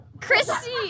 Christy